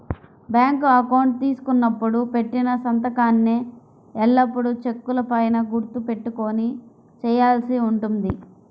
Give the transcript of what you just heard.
bank account తీసుకున్నప్పుడు పెట్టిన సంతకాన్నే ఎల్లప్పుడూ చెక్కుల పైన గుర్తు పెట్టుకొని చేయాల్సి ఉంటుంది